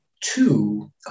two